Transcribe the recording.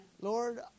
Lord